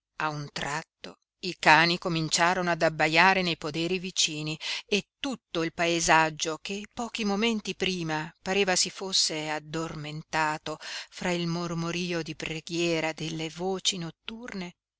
a un tratto i cani cominciarono ad abbaiare nei poderi vicini e tutto il paesaggio che pochi momenti prima pareva si fosse addormentato fra il mormorio di preghiera delle voci notturne